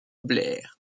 blair